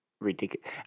ridiculous